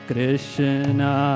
Krishna